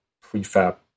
prefab